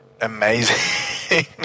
amazing